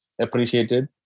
appreciated